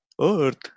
Earth